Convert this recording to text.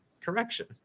correction